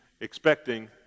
expecting